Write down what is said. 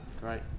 great